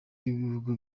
w’ibihugu